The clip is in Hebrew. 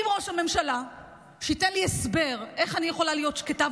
אם ראש הממשלה ייתן לי הסבר איך אני יכולה להיות שקטה,